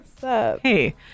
Hey